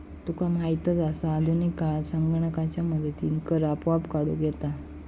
तुका माहीतच आसा, आधुनिक काळात संगणकाच्या मदतीनं कर आपोआप काढूक येता